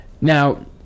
Now